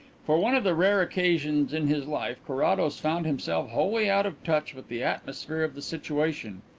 for one of the rare occasions in his life carrados found himself wholly out of touch with the atmosphere of the situation.